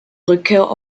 rückkehr